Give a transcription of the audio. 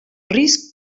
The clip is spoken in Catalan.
risc